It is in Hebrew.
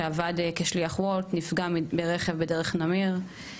שעבד כשליח Wolt ונפגע מרכב בדרך נמיר.